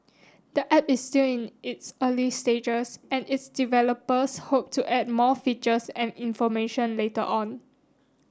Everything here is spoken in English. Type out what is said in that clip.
the app is still in its early stages and its developers hope to add more features and information later on